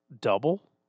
double